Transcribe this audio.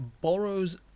borrows